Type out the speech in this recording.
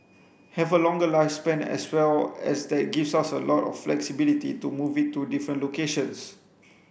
have a longer lifespan as well and that gives us a lot of flexibility to move it to different locations